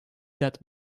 that